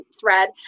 thread